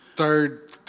Third